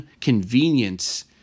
convenience